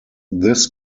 this